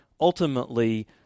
Ultimately